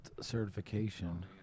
certification